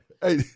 Hey